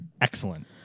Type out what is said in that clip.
excellent